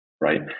right